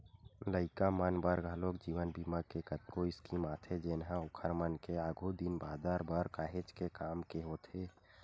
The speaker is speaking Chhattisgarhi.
लइका मन बर घलोक जीवन बीमा के कतको स्कीम आथे जेनहा ओखर मन के आघु दिन बादर बर काहेच के काम के होथे